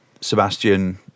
Sebastian